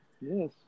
Yes